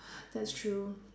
that's true